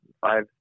five